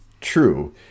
True